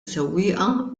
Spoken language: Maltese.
sewwieqa